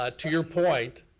ah to your point,